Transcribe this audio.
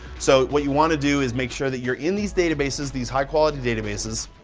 so, what you wanna do is make sure that you're in these databases, these high quality databases,